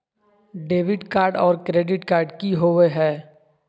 Debit card और credit card की होवे हय?